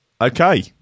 Okay